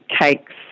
cakes